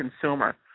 consumer